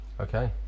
okay